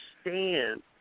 stand